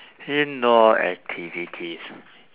indoor activities